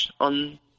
on